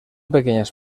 pequeñas